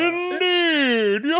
Indeed